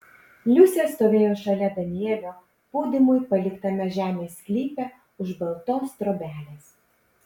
liusė stovėjo šalia danielio pūdymui paliktame žemės sklype už baltos trobelės